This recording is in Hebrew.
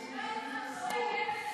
משוגע אחד זורק אבן,